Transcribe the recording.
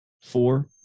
Four